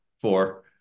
four